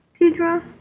Tidra